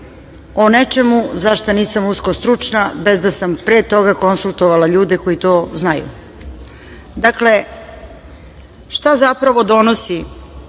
o nečemu za šta nisam uskostručna bez da sam pre toga konsultovana ljude koji to znaju. Dakle, šta zapravo donosi